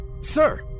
sir